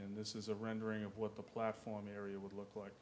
in this is of rendering of what the platform area would look like